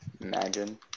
Imagine